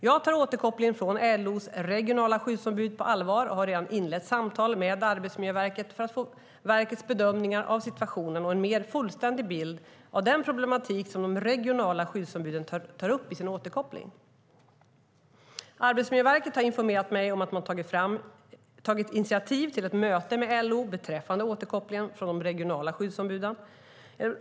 Jag tar återkopplingen från LO:s regionala skyddsombud på allvar och har redan inlett samtal med Arbetsmiljöverket för att få verkets bedömning av situationen och en mer fullständigt bild av den problematik som de regionala skyddsombuden tar upp i sin återkoppling. Arbetsmiljöverket har informerat mig om att man tagit initiativ till ett möte med LO beträffande återkopplingen från de regionala skyddsombuden.